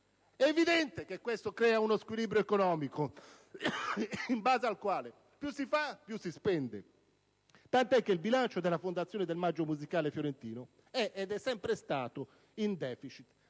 È evidente che ciò crea uno squilibrio economico, in base al quale più si fa più si spende, tant'è che il bilancio della Fondazione del Maggio musicale fiorentino è ed è sempre stato in *deficit*